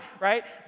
right